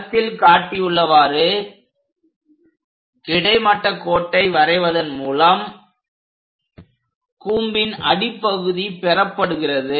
படத்தில் காட்டியுள்ளவாறு கிடைமட்ட கோட்டை வரைவதன் மூலம் கூம்பின் அடிப்பகுதி பெறப்படுகிறது